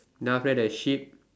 then after that the sheep